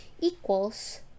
equals